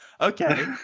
okay